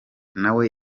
nawe